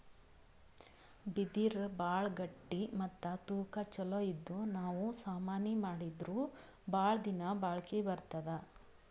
ಬಿದಿರ್ ಭಾಳ್ ಗಟ್ಟಿ ಮತ್ತ್ ತೂಕಾ ಛಲೋ ಇದ್ದು ನಾವ್ ಸಾಮಾನಿ ಮಾಡಿದ್ರು ಭಾಳ್ ದಿನಾ ಬಾಳ್ಕಿ ಬರ್ತದ್